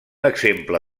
exemple